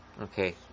Okay